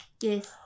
Yes